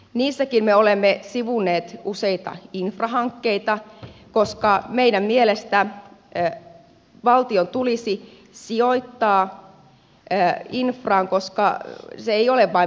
niissäkin me olemme sivunneet useita infrahankkeita koska meidän mielestämme valtion tulisi sijoittaa infraan koska se ei ole vain menoerä